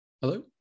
Hello